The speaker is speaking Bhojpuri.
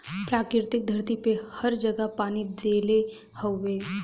प्रकृति धरती पे हर जगह पानी देले हउवे